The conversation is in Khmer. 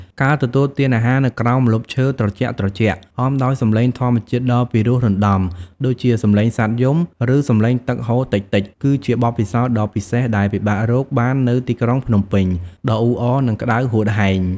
ការទទួលទានអាហារនៅក្រោមម្លប់ឈើត្រជាក់ៗ អមដោយសំឡេងធម្មជាតិដ៏ពិរោះរណ្តំដូចជាសំឡេងសត្វយំ ឬសំឡេងទឹកហូរតិចៗ គឺជាបទពិសោធន៍ដ៏ពិសេសដែលពិបាករកបាននៅទីក្រុងភ្នំពេញដ៏អ៊ូអរនិងក្តៅហួតហែង។